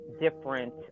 different